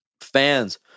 Fans